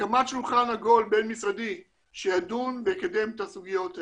הקמת שולחן עגול בין-משרדי שידון ויקדם את הסוגיות האלה.